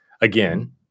again